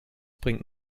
bringt